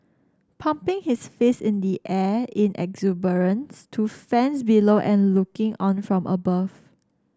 pumping his fist in the air in exuberance to fans below and looking on from above